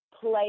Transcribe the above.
play